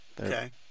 Okay